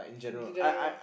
in general